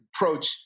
approach